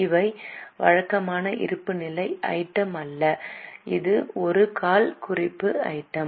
இது வழக்கமான இருப்புநிலை ஐட்டம் அல்ல இது ஒரு கால் குறிப்பு ஐட்டம்